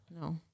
No